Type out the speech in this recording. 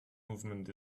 movement